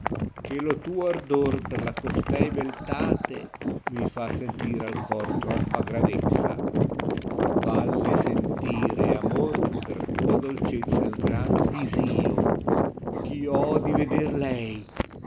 che lo tuo ardor per la costei beltate mi fa sentire al cor troppa gravetza falle sentire amor per tua dolcetza il gran disio eh io ho di veder lei